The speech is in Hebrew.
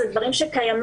אלה דברים שקיימים.